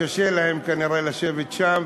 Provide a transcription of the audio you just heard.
קשה להם כנראה לשבת שם,